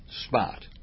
spot